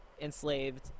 enslaved